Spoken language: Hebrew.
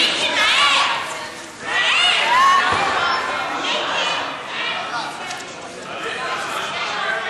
ההצעה להסיר מסדר-היום את הצעת חוק פיקוח על מטפלים בחסרי ישע ובילדים,